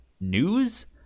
news